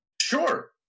Sure